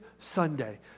Sunday